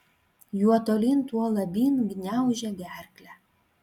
juo tolyn tuo labyn gniaužia gerklę